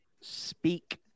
speak